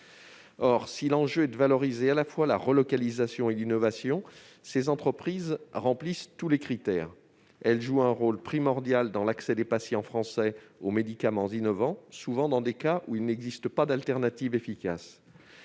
si l'enjeu est de valoriser à la fois la relocalisation et l'innovation, ces entreprises remplissent tous les critères. Elles jouent un rôle primordial dans l'accès des patients français aux médicaments innovants, souvent dans des cas où il n'existe pas d'alternative efficace.